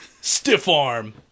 Stiff-arm